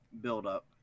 build-up